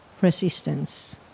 resistance